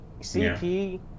CP